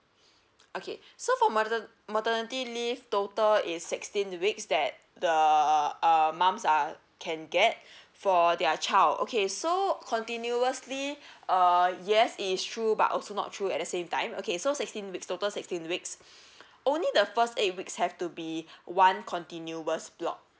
okay so my mater~ maternity leave total is sixteen weeks that the uh moms are can get for their child okay so continuously err yes it is true but also not true at the same time okay so sixteen weeks total sixteen weeks only the first eight weeks have to be one continuous block